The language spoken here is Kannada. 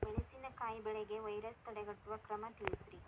ಮೆಣಸಿನಕಾಯಿ ಬೆಳೆಗೆ ವೈರಸ್ ತಡೆಗಟ್ಟುವ ಕ್ರಮ ತಿಳಸ್ರಿ